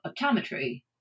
optometry